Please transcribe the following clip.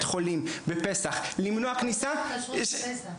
חולים בפסח למנוע כניסה --- אין תעודת כשרות לפסח.